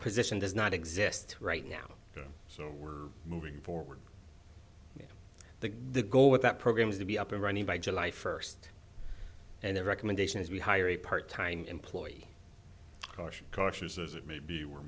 position does not exist right now so we're moving forward the the goal with that program is to be up and running by july first and the recommendation is we hire a part time employee caution cautious as it may be we're